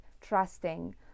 trusting